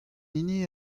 hini